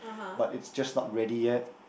but it's just not ready yet